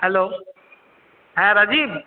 hello হ্যাঁ রাজীব